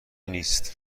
نیست